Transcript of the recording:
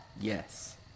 yes